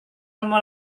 kamu